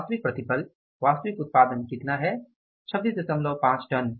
वास्तविक प्रतिफल वास्तविक उत्पादन कितना है 265 टन